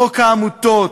חוק העמותות,